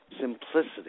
simplicity